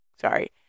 Sorry